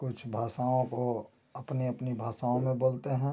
कुछ भाषाओं को अपने अपनी भाषाओं में बोलते हैं